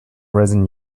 risen